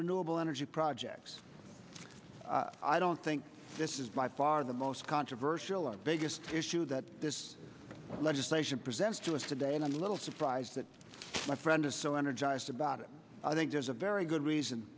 renewable energy projects i don't think this is by far the most controversial and biggest issue that this legislation presents to us today and i'm a little surprised that my friend is so energized about it i think there's a very good reason